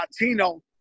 Latino